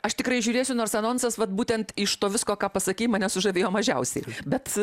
aš tikrai žiūrėsiu nors anonsas vat būtent iš to visko ką pasakei mane sužavėjo mažiausiai bet